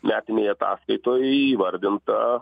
metinėj ataskaitoj įvardintą